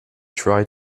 try